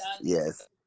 yes